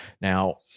Now